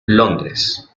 londres